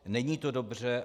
Není to dobře.